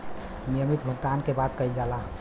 नियमित भुगतान के बात कइल जाला